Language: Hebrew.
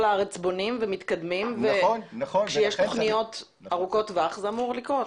הארץ בונים ומתקדמים וכשיש תוכניות ארוכות טווח זה אמור לקרות.